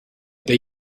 bet